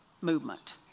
movement